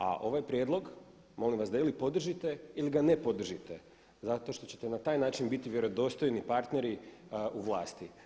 A ovaj prijedlog, molim vas da ili podržite ili ga ne podržite zato što ćete na taj način biti vjerodostojni partneri u vlasti.